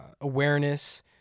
awareness